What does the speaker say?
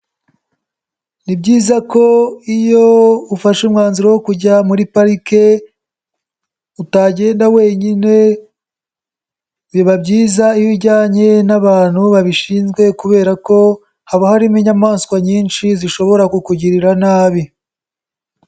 Ni byiza ko iyo ufashe umwanzuro wo kujya muri parike utagenda wenyine biba byiza iyo ujyanye n'abantu babishinzwe kubera ko haba harimo inyamaswa nyinshi zishobora kukugirira nabi.